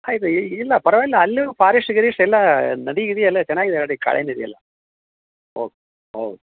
ಆಯಿತು ಇಲ್ಲ ಪರ್ವಾಗಿಲ್ಲ ಅಲ್ಲೂ ಪಾರಿಸ್ಟ್ ಗೀರಿಸ್ಟ್ ಎಲ್ಲಾ ನದಿ ಗಿದಿ ಎಲ್ಲ ಚೆನ್ನಾಗಿದೆ ಅಲ್ಲಿ ಕಾಳಿ ನದಿ ಎಲ್ಲ ಹೌದ್ ಹೌದ್